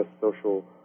social